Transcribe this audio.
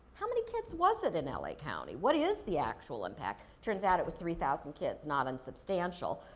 how many kids was it in l a. county? what is the actual impact? turns out it was three thousand kids, not insubstantial.